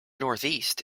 northeast